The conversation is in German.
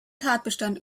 tatbestand